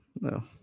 no